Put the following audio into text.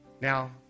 Now